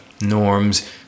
norms